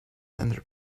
under